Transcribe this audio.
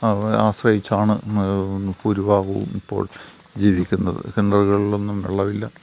ആശ്രയിച്ചാണ് ഭൂരിഭാഗവും ഇപ്പോൾ ജീവിക്കുന്നത് കിണറുകളിലൊന്നും വെള്ളമില്ല